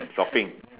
shopping